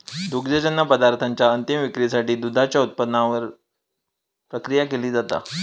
दुग्धजन्य पदार्थांच्या अंतीम विक्रीसाठी दुधाच्या उत्पादनावर प्रक्रिया केली जाता